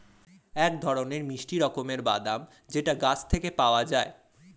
এক ধরনের মিষ্টি রকমের বাদাম যেটা গাছ থেকে পাওয়া যায়